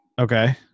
okay